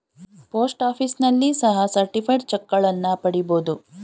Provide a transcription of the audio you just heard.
post ಆಫೀಸ್ನಲ್ಲಿ ಸಹ certified ಚಕ್ಗಳನ್ನ ಪಡಿಬೋದು